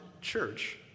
Church